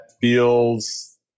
feels